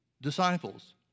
disciples